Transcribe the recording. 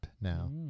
now